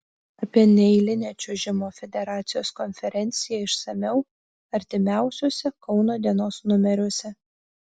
apie neeilinę čiuožimo federacijos konferenciją išsamiau artimiausiuose kauno dienos numeriuose